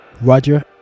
Roger